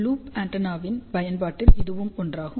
loop ஆண்டெனாவின் பயன்பாட்டில் இதுவும் ஒன்றாகும்